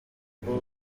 ubwo